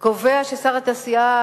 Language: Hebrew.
קובע ששר התעשייה,